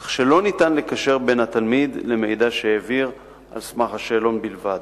כך שלא ניתן לקשר בין התלמיד למידע שהעביר על סמך השאלון בלבד.